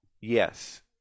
Yes